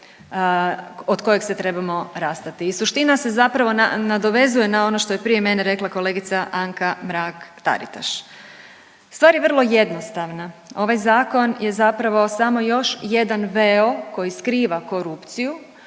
od kojeg se trebamo rastati i suština se zapravo nadovezuje na ono što je prije mene rekla kolegica Anka Mrak-Taritaš. Stvar je vrlo jednostavna, ovaj zakon je zapravo samo još jedan veo koji skriva korupciju